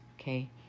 Okay